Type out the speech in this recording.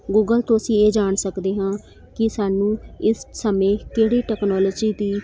Google ਤੋਂ ਅਸੀਂ ਇਹ ਜਾਣ ਸਕਦੇ ਹਾਂ ਕਿ ਸਾਨੂੰ ਇਸ ਸਮੇਂ ਕਿਹੜੀ ਟਕਨੋਲਜੀ ਦੀ